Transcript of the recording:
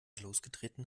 losgetreten